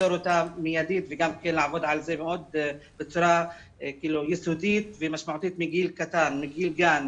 לפתור מיידית וגם לעבוד על זה בצורה יסודית ומשמעותית מגיל גן,